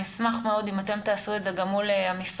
אני אשמח מאוד אם אתם תעשו את זה גם מול המשרד,